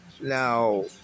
Now